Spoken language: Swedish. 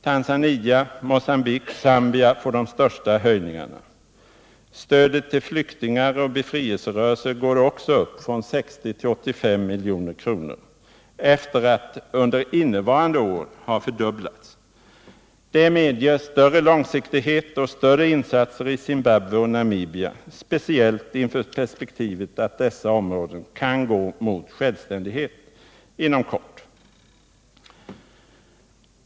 Tanzania, Mogambique och Zambia får de största höjningarna. Stödet till flyktingar och befrielserörelser går också upp — från 60 till 85 milj.kr. — efter att under innevarande år ha fördubblats. Det medger större långsiktighet och större insatser i Zimbabwe och Namibia, speciellt inför perspektivet att dessa områden kan gå mot självständighet inom kort.